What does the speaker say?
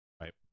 Right